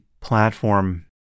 platform